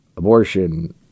abortion